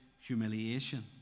humiliation